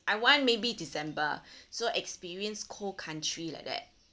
I want maybe december so experience cold country like that